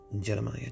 Jeremiah